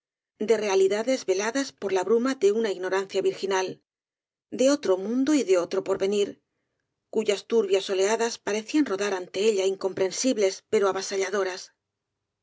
de realidades veladas por la bruma de una ignorancia virginal de otro mundo y de otro porvenir cuyas turbias oleadas parecían rodar ante ella incomprensibles pero avasalladoras